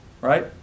right